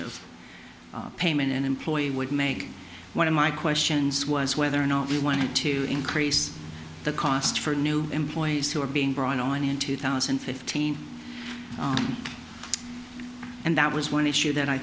of payment an employer would make one of my questions was whether or not we wanted to increase the cost for new employees who are being brought online in two thousand and fifteen and that was one issue that i